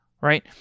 right